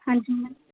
ਹਾਂਜੀ ਮੈਮ